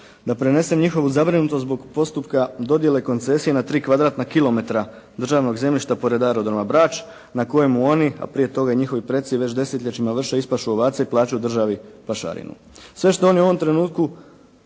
da prenesem njihovu zabrinutost zbog postupka dodijele koncesije na tri kvadratna kilometra državnog zemljišta pored aerodroma Brač na kojemu oni, a prije toga i njihovi preci već desetljećima vrše ispašu ovaca i plaćaju državi pašarinu. Sve što oni u ovom trenutku